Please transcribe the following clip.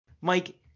Mike